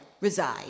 reside